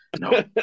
no